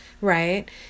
right